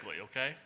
okay